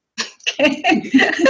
Okay